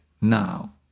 now